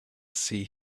see